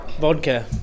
Vodka